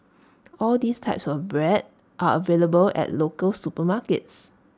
all these types of bread are available at local supermarkets